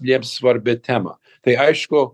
lieps svarbią temą tai aišku